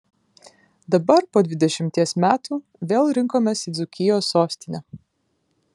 dabar po dvidešimties metų vėl rinkomės į dzūkijos sostinę